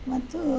ಮತ್ತು